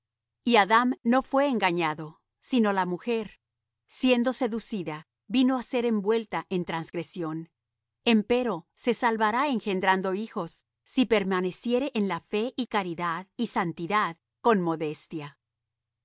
y adam no fué engañado sino la mujer siendo seducida vino á ser envuelta en transgresión empero se salvará engendrando hijos si permaneciere en la fe y caridad y santidad con modestia